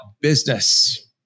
business